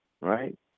right